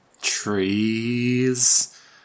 trees